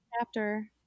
chapter